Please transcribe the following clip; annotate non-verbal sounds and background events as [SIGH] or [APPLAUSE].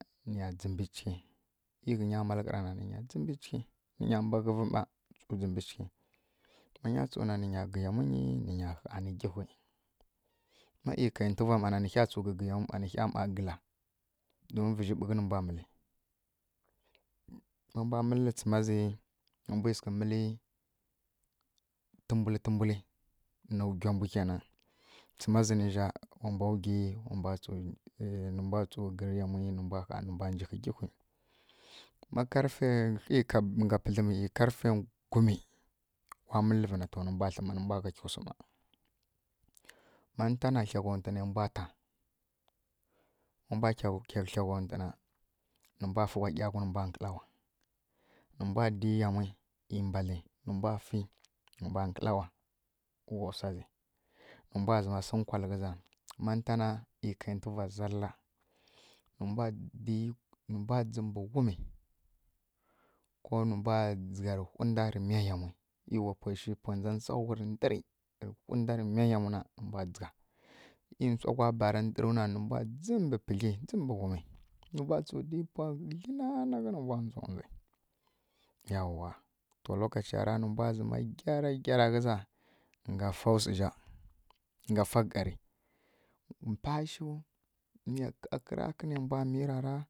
Niya dzǝmbǝ chǝghi ei ghǝnya malƙǝra na nǝnya dzǝmbi chǝghi ninya mbaghǝvǝ ˈma tsu dzǝbǝ chǝghi ma nya tsuna nǝnya gluyamwa nyi nǝnya ɦaani ma ei kai ntuvwa ˈma na nǝɦyan tsu gǝ yamwi nǝ ɦya ˈma gǝla don vǝzji ɓughi nǝ mbwa mǝli [HESITATION] ma bnwa mǝllǝ tsǝma zi wa mbwi ˈma sǝghǝ mǝlǝ tǝmbwul tǝmbwuli na gwi mbwǝ kenan tsǝma zǝ nizja wa mbwa wgi wa mbwa tsu nǝ mbwa tsu gǝri yamwi nǝ mbwqa tsu ɦaani nǝ mbwa njiɦǝ ɡiɦwi ma karfe wtlie ga pǝdlǝmi ei karfe gumi wa mǝllǝvǝ na to nǝ mbwa ˈma tli nǝmbwa ma tsa swi ˈma ma nǝtana klaghwanwtu ne mbwa ta ma mbwa kya klaghwauntǝ na ne mbwa fǝ wgha ˈyaghuǝ nǝ mbwa kǝlawa nǝ mbwa di yamwi ei mbadli nǝ mbwa nǝ mbwa kǝlawa ghwa sa zi nǝ mbwa zǝma sǝ nkwalǝ ghǝza ma nǝntana e kai ntuvwa zalla nǝ mbwa di nǝmbwa zdim mbǝ ghumi ko nǝ mbwa dzǝghja rǝ whunda rǝ miya yamwi ei wa pwei shi na dza tswaghu re ndǝri rǝ whunda rǝ miya yamu na nǝ mbwa dzǝgha ei wtsagha bara ndǝru na nǝ mbwa dzim ba mbǝ pǝgli dzimbǝ ghumi nǝ mbwa tsu di pwa glinanaghi nǝ mbwa ndzodzi yawwa to lokaciyara nǝ mbwa gyara gyara ghǝza nǝ mbwa fa wsǝzja ga fa ˈgari mpashu miya ƙǝƙǝrakǝ ne mbwa miy rara